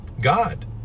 God